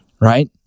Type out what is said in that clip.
right